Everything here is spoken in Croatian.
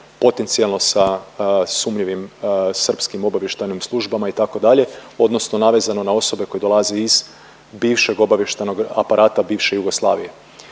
potencijalno sa sumnjivim srpskim obavještajnim službama, itd., odnosno navezano na osobe koje dolaze iz bivšeg obavještajnog aparata bivše Jugoslavije.